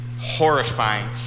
horrifying